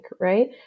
right